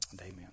amen